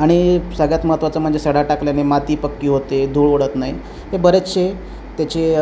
आणि सगळ्यात महत्त्वाचं म्हणजे सडा टाकल्याने माती पक्की होते धूळ उडत नाही हे बरेचसे त्याचे